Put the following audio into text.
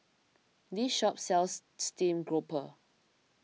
this shop sells Steamed Grouper